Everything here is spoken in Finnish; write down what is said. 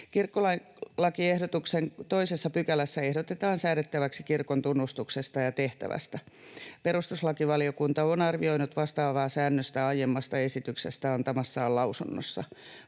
Kirkkolakiehdotuksen 2 §:ssä ehdotetaan säädettäväksi kirkon tunnustuksesta ja tehtävästä. Perustuslakivaliokunta on arvioinut vastaavaa säännöstä aiemmasta esityksestä antamassaan lausunnossa.